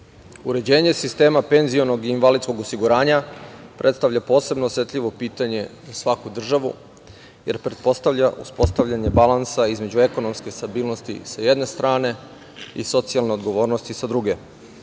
uređenje sistema penzionog i invalidskog osiguranja predstavlja posebno osetljivo pitanje za svaku državu, jer pretpostavlja uspostavljanje balansa između ekonomske stabilnosti sa jedne strane i socijalne odgovornosti sa druge.